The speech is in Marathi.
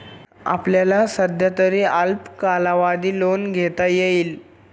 आपल्याला सध्यातरी अल्प कालावधी लोन घेता येईल